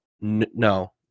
no